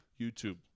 YouTube